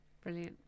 Brilliant